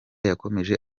yakomeje